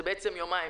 זה בעצם יומיים